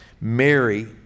Mary